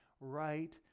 right